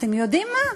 אתם יודעים מה?